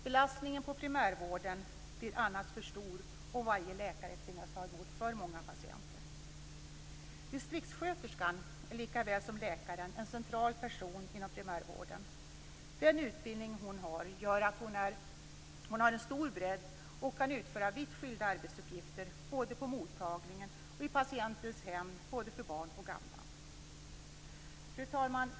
Belastningen på primärvården blir för stor om varje läkare tvingas ta emot för många patienter. Distriktssköterskan är lika väl som läkaren en central person inom primärvården. Den utbildning hon har gör att hon har en stor bredd och kan utföra vitt skilda arbetsuppgifter både på mottagningen och i patientens hem, både för barn och gamla. Fru talman!